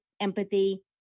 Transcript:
empathy